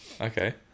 okay